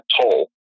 toll